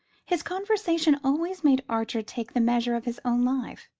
his conversation always made archer take the measure of his own life,